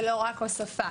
ולא רק הוספה.